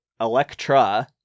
Electra